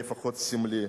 לפחות סמלי,